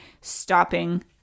stopping